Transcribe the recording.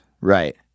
right